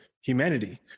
humanity